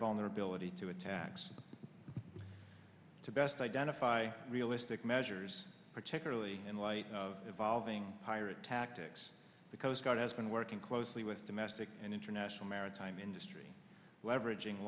vulnerability to attacks to best identify realistic measures particularly in light of evolving pirate tactics the coast guard has working closely with domestic and international maritime industry leveraging